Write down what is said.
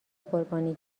قربانی